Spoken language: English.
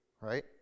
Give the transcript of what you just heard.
right